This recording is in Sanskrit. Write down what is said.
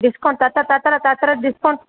डिस्कौण्ट् तत्र डिस्कौण्ट्